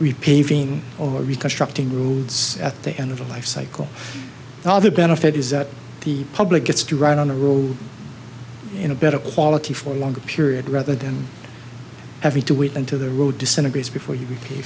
repaving or reconstructing roads at the end of the lifecycle all the benefit is that the public gets to ride on the road in a better quality for a longer period rather than having to wait until the road disintegrates before